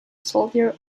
soldier